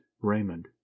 Raymond